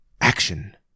Action